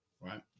right